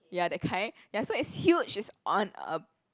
ya that kind ya so it's huge it's on a